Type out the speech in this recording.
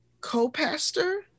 co-pastor